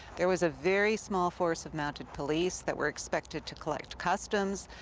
there was a very small force of mounted police that were expected to collect customs,